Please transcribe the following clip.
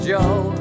Joe